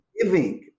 Giving